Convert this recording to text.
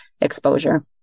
exposure